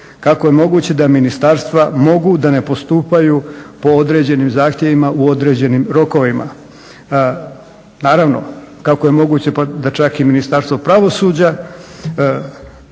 kako je moguće da ministarstva mogu da ne postupaju po određenim zahtjevima u određenim rokovima? Naravno kako je moguće pa da čak i Ministarstvo pravosuđa